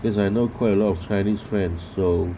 cause I know quite a lot of chinese friend so